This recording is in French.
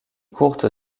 courte